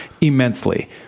immensely